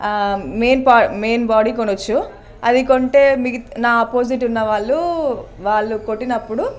main పా main body కొనచ్చు అది కొంటే నా ఆపోజిట్ ఉన్నవాళ్ళు వాళ్ళు కొట్టినప్పుడు